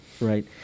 right